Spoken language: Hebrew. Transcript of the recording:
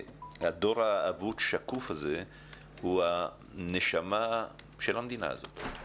הדור האבוד והשקוף הזה הוא הנשמה של המדינה הזאת.